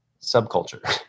subculture